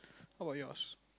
how about yours